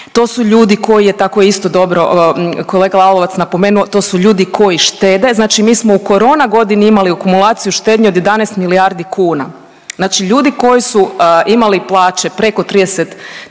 to su ljudi koji je tako isto dobro kolega Lalovac napomenuo, to su ljudi koji štede, znači mi smo u korona godini imali akumulaciju štednje od 11 milijardi kuna. Znači ljudi koji su imali plaće preko 30.000 bruto